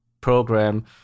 program